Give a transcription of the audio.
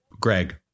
Greg